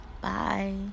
Bye